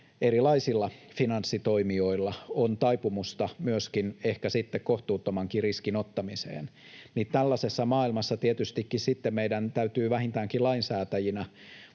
erilaisilla finanssitoimijoilla on taipumusta myöskin ehkä kohtuuttomankin riskin ottamiseen, meidän täytyy vähintäänkin lainsäätäjinä